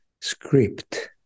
Script